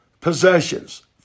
possessions